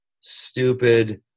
stupid